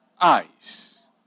eyes